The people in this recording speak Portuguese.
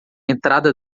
entrada